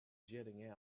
jetting